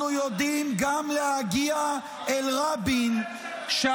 יודעים להגיע גם אל רבין -- ניסו להתנקש בראש ממשלת ישראל